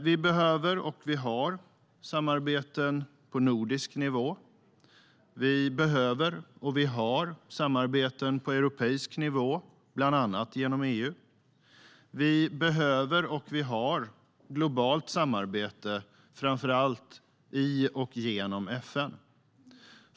Vi behöver och vi har samarbeten på nordisk nivå. Vi behöver och vi har samarbeten på europeisk nivå, bland annat genom EU. Vi behöver och vi har globalt samarbete, framför allt i och genom FN.